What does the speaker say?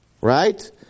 right